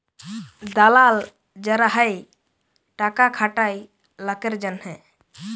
দালাল যারা হ্যয় টাকা খাটায় লকের জনহে